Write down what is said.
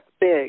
big